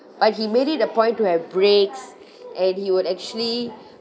but he made it a point to have breaks and he would actually